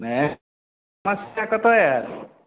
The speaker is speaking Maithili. नही कतय आयल